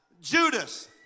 Judas